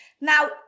Now